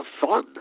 fun